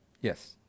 Yes